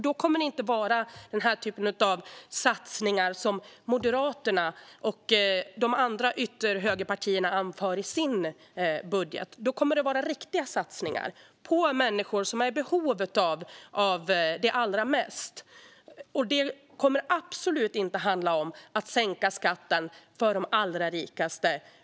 Då kommer det inte att handla om satsningar som Moderaterna och de andra ytterhögerpartierna antar i sin budget. Det kommer att handla om riktiga satsningar på människor som allra mest är i behov av dem. Det kommer absolut inte att handla om att sänka skatten för de allra rikaste.